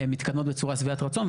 מתקדמות בצורה שבעת רצון.